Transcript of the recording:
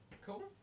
Cool